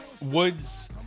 Woods